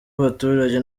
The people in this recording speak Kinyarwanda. abaturage